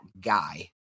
guy